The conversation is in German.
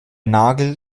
nagel